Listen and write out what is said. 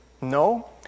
No